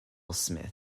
smith